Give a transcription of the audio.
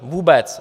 Vůbec.